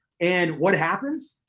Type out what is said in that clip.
and what happens?